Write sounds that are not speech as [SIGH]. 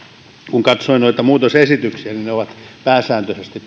kun katsoin noita muutosesityksiä niin ne ovat tulleet pääsääntöisesti [UNINTELLIGIBLE]